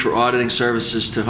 for auditing services to